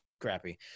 crappy